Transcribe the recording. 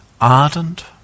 ardent